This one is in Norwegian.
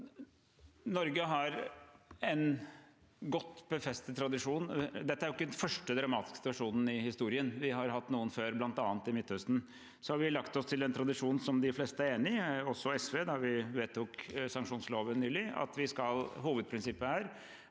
Norge har en godt befestet tradisjon. Dette er ikke den første dramatiske situasjonen i historien. Vi har hatt noen før, bl.a. i Midtøsten. Vi har lagt oss til en tradisjon de fleste er enig i – også SV, da vi vedtok sanksjonsloven nylig – der hovedprinsippet er at vi ikke har